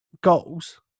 goals